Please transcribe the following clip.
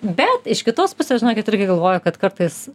bet iš kitos pusės žinokit irgi galvoju kad kartais